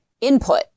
input